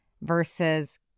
versus